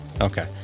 Okay